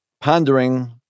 pondering